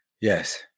Yes